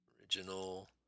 Original